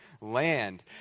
land